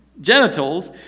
genitals